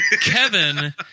Kevin